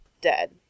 dead